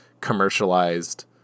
commercialized